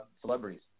celebrities